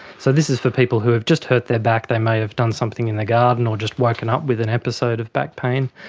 so this is the people who have just hurt their back, they may have done something in the garden or just woken up with an episode of back pain,